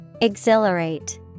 Exhilarate